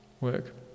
work